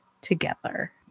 together